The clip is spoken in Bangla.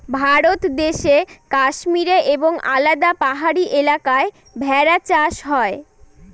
ভারত দেশে কাশ্মীরে এবং আলাদা পাহাড়ি এলাকায় ভেড়া চাষ হয়